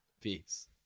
Peace